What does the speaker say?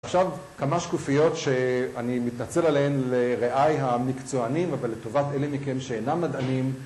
עכשיו כמה שקופיות שאני מתנצל עליהן לראי המקצוענים אבל לטובת אלה מכם שאינם מדענים